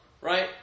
right